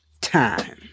time